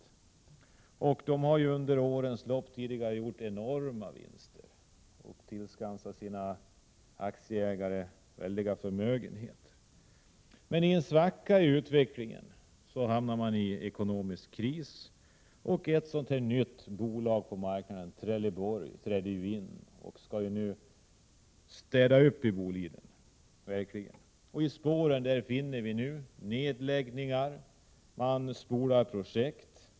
Bolaget har under årens lopp gjort enorma vinster och tillskansat sina aktieägare väldiga förmögenheter. Men i en svacka i utvecklingen hamnade bolaget i en ekonomisk kris, och ett nytt bolag på marknaden, Trelleborg, trädde in och skall nu städa upp i Boliden. I spåren härav följer nu nedläggningar och spolade projekt.